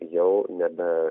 jau nebe